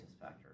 factor